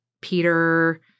Peter